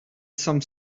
some